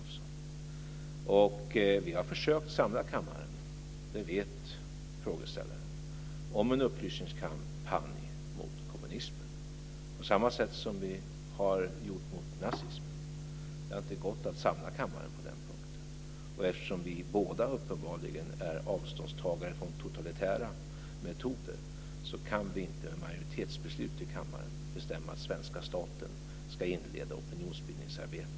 Frågeställaren vet att vi har försökt samla kammaren till en upplysningskampanj mot kommunismen på samma sätt som vi har gjort mot nazismen. Det har inte gått att samla kammaren på den punkten. Vi tar båda uppenbarligen avstånd från totalitära metoder, och kammaren kan inte genom ett majoritetsbeslut bestämma att svenska staten ska inleda ett opinionsbildningsarbete.